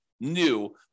new